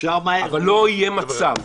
אבל לא יהיה מצב,